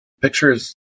pictures